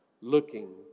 looking